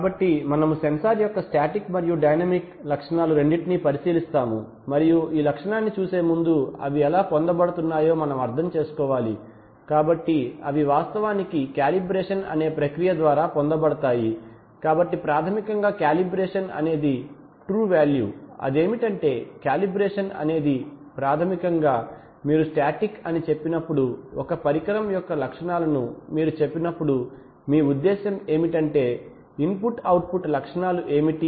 కాబట్టి మనము సెన్సార్ యొక్క స్టాటిక్ మరియు డైనమిక్ లక్షణాలు రెండింటినీ పరిశీలిస్తాము మరియు ఈ లక్షణాన్ని చూసే ముందు అవి ఎలా పొందబడుతున్నాయో మనం అర్థం చేసుకోవాలి కాబట్టి అవి వాస్తవానికి కాలిబ్రేషన్ అనే ప్రక్రియ ద్వారా పొందబడతాయి కాబట్టి ప్రాథమికంగా కాలిబ్రేషన్ అనేది ట్రూ వాల్యూ అదేమిటంటే కాలిబ్రేషన్ అనేది ప్రాథమికంగా మీరు స్టాటిక్ అని చెప్పినప్పుడు ఒక పరికరం యొక్క లక్షణాలను మీరు చెప్పినప్పుడు మీ ఉద్దేశ్యం ఏమిటంటే ఇన్పుట్ అవుట్పుట్ లక్షణాలు ఏమిటి